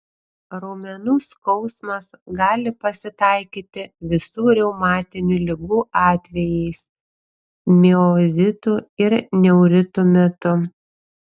raumenų skausmas gali pasitaikyti visų reumatinių ligų atvejais miozitų ir neuritų metu